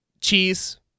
Cheese